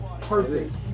perfect